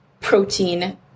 protein